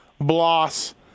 Bloss